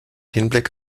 hinblick